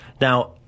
Now